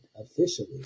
officially